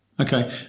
Okay